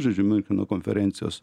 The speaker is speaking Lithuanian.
žodžiu miuncheno konferencijos